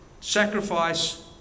sacrifice